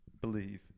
believe